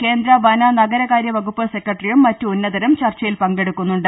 കേന്ദ്ര വന നഗരകാര്യവകുപ്പ് സെക്രട്ടറിയും മറ്റ് ഉന്നതരും ചർച്ചയിൽ പങ്കെടുക്കുന്നുണ്ട്